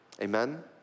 Amen